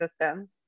system